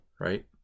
Right